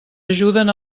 ajuden